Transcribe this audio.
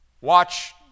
watch